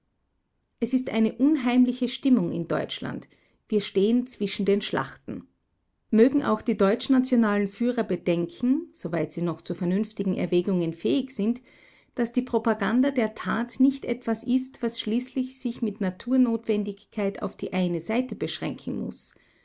es ist eine unheimliche stimmung in deutschland wir stehen zwischen den schlachten mögen auch die deutschnationalen führer bedenken soweit sie noch zu vernünftigen erwägungen fähig sind daß die propaganda der tat nicht etwas ist was schließlich sich mit naturnotwendigkeit auf die eine seite beschränken muß